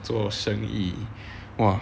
做生意 !wah!